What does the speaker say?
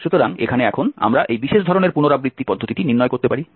সুতরাং এখানে এখন আমরা এই বিশেষ ধরনের পুনরাবৃত্তি পদ্ধতিটি নির্ণয় করতে পারি